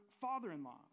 father-in-law